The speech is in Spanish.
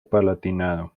palatinado